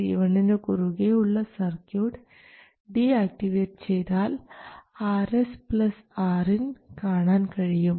C1 നു കുറുകെയുള്ള circuit deactivate ചെയ്താൽ Rs പ്ലസ് Rin കാണാൻ കഴിയും